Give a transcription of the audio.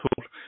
tool